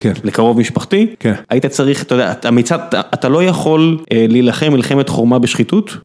לקרוב משפחתי, היית צריך, אתה לא יכול להילחם מלחמת חורמה בשחיתות?